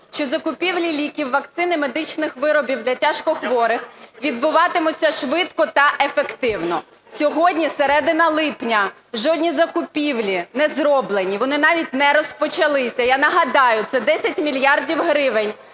що закупівлі ліків, вакцин і медичних виробів для тяжкохворих відбуватимуться швидко та ефективно. Сьогодні середина липня. Жодні закупівлі не зроблені, вони навіть не розпочалися. Я нагадаю, це 10 мільярдів гривень